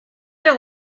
your